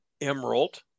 Emerald